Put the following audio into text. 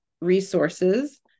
resources